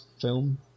film